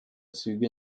züge